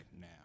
now